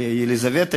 יליזבטה,